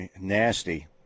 nasty